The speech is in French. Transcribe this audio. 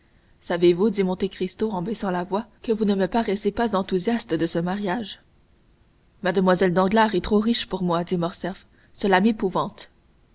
savez-vous dit monte cristo en baissant la voix que vous ne me paraissez pas enthousiaste de ce mariage mlle danglars est trop riche pour moi dit morcerf cela m'épouvante